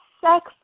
sex